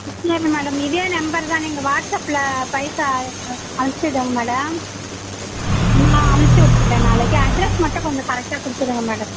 சரி மேடம் இதே நம்பர் தான் நீங்கள் வாட்ஸ்அப்பில் பைசா அனுப்ச்சுடுங்க மேடம் நான் அனுப்ச்சுவுட்டுர்றேன் நாளைக்கு அட்ரெஸ் மட்டும் கொஞ்சம் கரெக்டாக கொடுத்துருங்க மேடம்